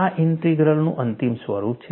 આ ઇન્ટિગ્રલનું અંતિમ સ્વરૂપ છે